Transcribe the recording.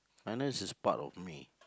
minus is part of me